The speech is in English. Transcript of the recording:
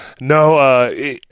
no